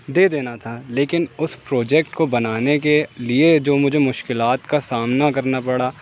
دے دینا تھا لیکن اس پروجکٹ کو بنانے کے لیے جو مجھے مشکلات کا سامنا کرنا پڑا